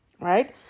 right